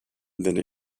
than